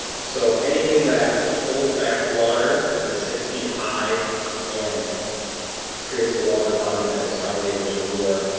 so anything that holds back water that is six feet high and creates a water body that is five acres or more